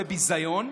זה ביזיון,